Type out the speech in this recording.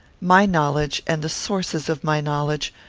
my knowledge, and the sources of my knowledge,